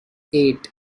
eight